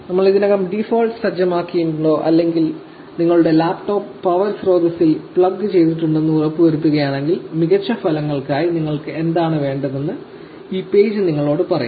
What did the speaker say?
നമ്മൾ ഇതിനകം ഡീഫോൾട്സ് സജ്ജമാക്കിയിട്ടുണ്ടോ അല്ലെങ്കിൽ നിങ്ങളുടെ ലാപ്ടോപ്പ് പവർ സ്രോതസ്സിൽ പ്ലഗ് ചെയ്തിട്ടുണ്ടെന്ന് ഉറപ്പുവരുത്തുകയാണെങ്കിൽ മികച്ച ഫലങ്ങൾക്കായി നിങ്ങൾക്ക് എന്താണ് വേണ്ടതെന്ന് ഈ പേജ് നിങ്ങളോട് പറയും